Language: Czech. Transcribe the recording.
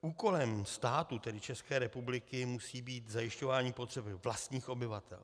Úkolem státu, tedy České republiky, musí být zajišťování potřeb vlastních obyvatel.